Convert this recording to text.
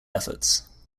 efforts